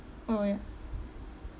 oh ya